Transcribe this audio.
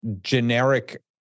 generic